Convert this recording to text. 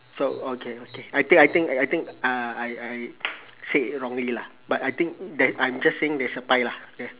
so okay okay I think I think I think uh I I said wrongly lah but I think that I'm just saying there is a pie lah here